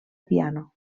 piano